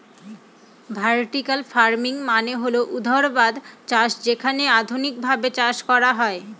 vertical farming মানে হল ঊর্ধ্বাধ চাষ যেখানে আধুনিকভাবে চাষ করা হয়